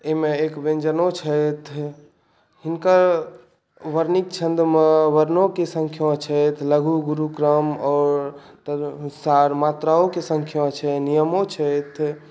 एहिमे एक व्यञ्जनो छथि हिनकर वर्णिक छन्दमे वर्णोके संँख्या छथि लघु गुरु क्रम आओर तदनुसार मात्राओके सँख्या छै नियमो छथि